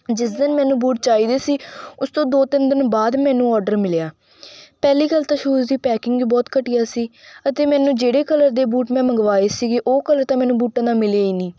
ਜਿਸ ਦਿਨ ਮੈਨੂੰ ਬੂਟ ਚਾਹੀਦੇ ਸੀ ਉਸ ਤੋਂ ਦੋ ਤਿੰਨ ਦਿਨ ਬਾਅਦ ਮੈਨੂੰ ਆਰਡਰ ਮਿਲਿਆ ਪਹਿਲੀ ਗੱਲ ਤਾਂ ਸ਼ੂਜ਼ ਦੀ ਪੈਕਿੰਗ ਹੀ ਬਹੁਤ ਘਟੀਆ ਸੀ ਅਤੇ ਮੈਨੂੰ ਜਿਹੜੇ ਕਲਰ ਦੇ ਬੂਟ ਮੈਂ ਮੰਗਵਾਏ ਸੀਗੇ ਉਹ ਕਲਰ ਤਾਂ ਮੈਨੂੰ ਬੂਟਾਂ ਦਾ ਮਿਲਿਆ ਹੀ ਨਹੀਂ